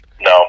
no